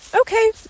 okay